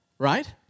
Right